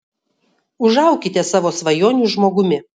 užaukite savo svajonių žmogumi